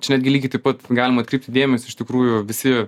čia netgi lygiai taip pat galima atkreipti dėmesį iš tikrųjų visi